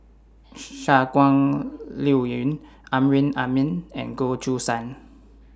Shangguan Liuyun Amrin Amin and Goh Choo San